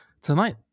tonight